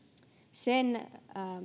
sen